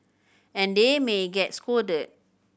and they may get scolded